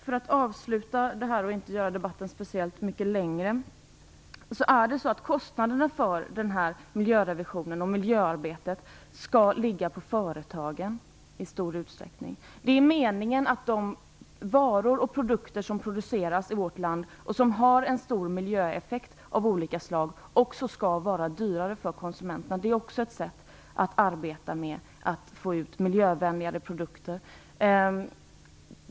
För att inte göra debatten så mycket längre vill jag avslutningsvis säga att kostnaden för miljörevisionen skall ligga på företagen. Det är meningen att de produkter som produceras i vårt land och som har stora miljöeffekter av olika slag också skall vara dyrare för konsumenterna. Det är också ett sätt att få ut miljövänligare produkter.